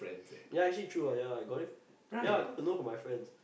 ya actually true ah I got it ya cause I know from my friends